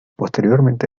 posteriormente